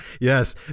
Yes